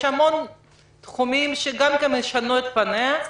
יש המון תחומים שישנו את פניהם.